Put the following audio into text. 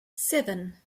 seven